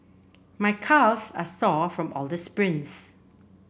my calves are sore from all the sprints